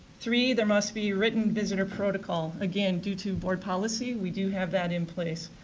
three, there must be written visitor protocol. again, due to board policy we do have that in place.